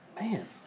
Man